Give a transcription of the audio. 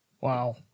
Wow